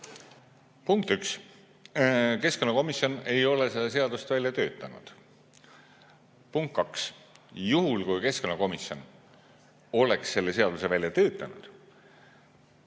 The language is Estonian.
Punkt 1. Keskkonnakomisjon ei ole seda seadust välja töötanud. Punkt 2. Juhul kui keskkonnakomisjon oleks selle seaduse välja töötanud,